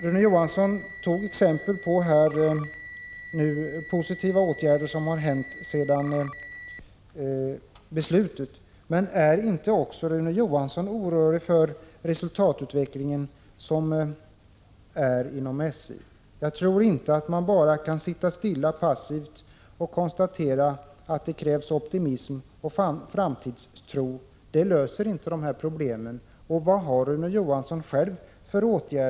Rune Johansson gav exempel på positiva saker som har hänt efter beslutet 1985. Men är inte också Rune Johansson orolig för resultatutvecklingen inom SJ? Jag tror inte att man bara kan sitta still och passivt konstatera att det krävs optimism och framtidstro. Det löser inte problemen. Vilka åtgärder föreslår Rune Johansson?